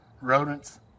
rodents